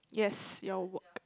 yes your work